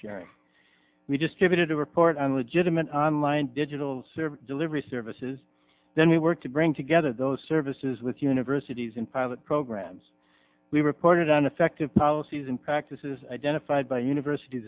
sharing we just give it a report on legitimate online digital service delivery services then we work to bring together those services with universities and pilot programs we reported on effective policies and practices identified by universit